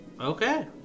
Okay